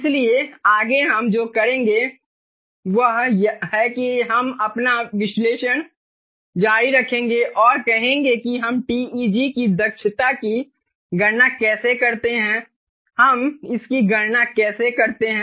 इसलिए आगे हम जो करेंगे वह यह है कि हम अपना विश्लेषण जारी रखेंगे और कहेंगे कि हम TEG की दक्षता की गणना कैसे करते हैं हम इसकी गणना कैसे करते हैं